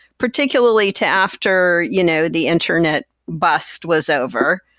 particularly to after you know the internet bust was over,